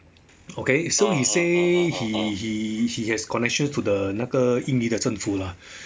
okay so he say he he he has connections to the 那个印尼的政府 lah